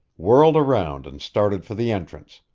whirled around and started for the entrance,